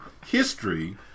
history